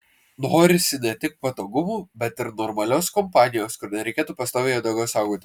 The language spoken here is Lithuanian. norisi ne tik patogumų bet ir normalios kompanijos kur nereikėtų pastoviai uodegos saugoti